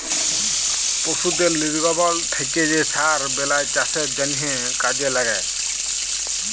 পশুদের লির্গমল থ্যাকে যে সার বেলায় চাষের জ্যনহে কাজে ল্যাগে